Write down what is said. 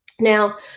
Now